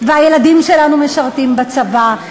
והילדים שלנו משרתים בצבא,